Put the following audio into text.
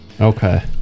Okay